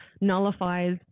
nullifies